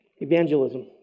Evangelism